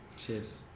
Cheers